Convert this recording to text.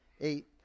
eight